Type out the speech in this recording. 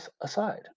aside